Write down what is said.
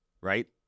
right